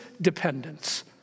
dependence